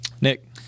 Nick